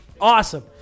Awesome